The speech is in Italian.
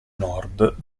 nord